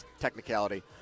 technicality